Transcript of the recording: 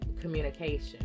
communication